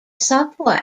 subway